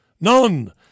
None